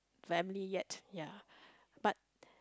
family yet ya but